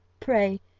pray,